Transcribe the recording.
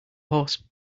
horse